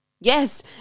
Yes